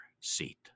seat